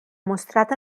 mostrat